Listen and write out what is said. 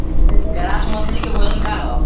Grass मछली के भोजन का ह?